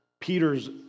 Peter's